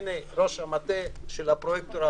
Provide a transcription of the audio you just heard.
הנה, ראש המטה של שני הפרויקטורים,